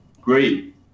great